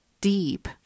deep